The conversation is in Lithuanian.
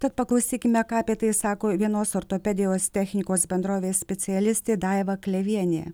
tad paklausykime ką apie tai sako vienos ortopedijos technikos bendrovės specialistė daiva klevienė